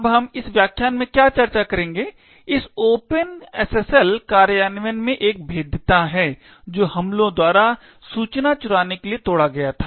अब हम इस व्याख्यान में क्या चर्चा करेंगे इस ओपन SSL कार्यान्वयन में एक भेद्यता है जो हमलावरों द्वारा सूचना चुराने के लिए तोडा गया था